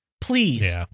please